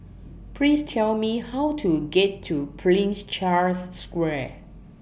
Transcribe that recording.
Please Tell Me How to get to Prince Charles Square